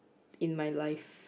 in my life